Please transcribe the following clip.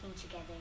together